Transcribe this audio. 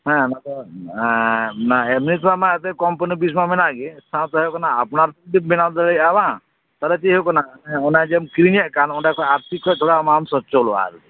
ᱦᱮᱸ ᱚᱱᱟᱫᱚ ᱮᱢᱱᱤ ᱠᱚᱣᱟᱜ ᱢᱟ ᱮᱱᱛᱮ ᱠᱳᱢᱯᱟᱱᱤ ᱵᱤᱥ ᱢᱟ ᱢᱮᱱᱟᱜ ᱜᱮ ᱥᱟᱶᱛᱮ ᱦᱩᱭᱩᱜ ᱠᱟᱱᱟ ᱟᱯᱱᱟᱛ ᱛᱤ ᱛᱮᱢ ᱵᱮᱱᱟᱣ ᱫᱟᱲᱮᱭᱟᱜᱟ ᱵᱟᱝ ᱛᱟᱦᱚᱞᱮ ᱪᱮᱫ ᱦᱩᱭᱩᱜ ᱠᱟᱱᱟ ᱚᱱᱟᱡᱮᱢ ᱠᱤᱨᱤᱧᱮᱫ ᱠᱟᱱ ᱚᱰᱮᱠᱷᱚᱡ ᱟᱨᱛᱷᱤᱠ ᱠᱷᱚᱡ ᱛᱷᱚᱲᱟ ᱟᱢᱮᱢ ᱥᱚᱪᱪᱷᱚᱞᱚᱜᱼᱟ ᱟᱨᱠᱤ